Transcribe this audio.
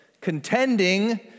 contending